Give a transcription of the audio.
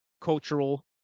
cultural